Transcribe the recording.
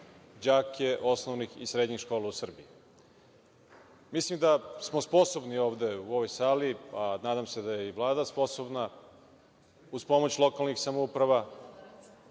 đake osnovnih i srednjih škola u Srbiji. Mislim da smo sposobni ovde, u ovoj sali, a nadam se da je i Vlada sposobna, uz pomoć lokalnih samouprava